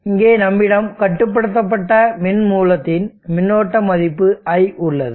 இங்கே நம்மிடம் கட்டுப்படுத்தப்பட்ட மின் மூலத்தின் மின்னோட்ட மதிப்பு I உள்ளது